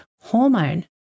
hormone